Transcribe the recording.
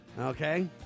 Okay